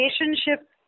relationship